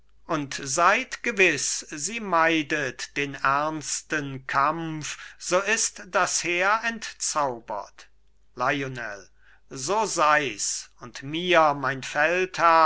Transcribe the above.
und seid gewiß sie meidet den ernsten kampf so ist das heer entzaubert lionel so seis und mir mein